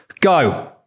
Go